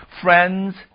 friends